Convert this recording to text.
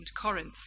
Corinth